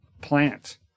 plant